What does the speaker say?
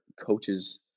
coaches